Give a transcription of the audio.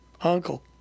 Uncle